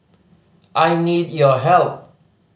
I need your help